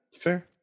fair